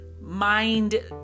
mind